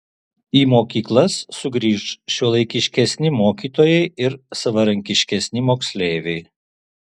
į mokyklas sugrįš šiuolaikiškesni mokytojai ir savarankiškesni moksleiviai